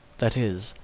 that is,